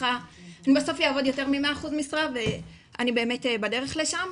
אני בסוף אעבוד יותר ממאה אחוז משרה ואני באמת בדרך לשם.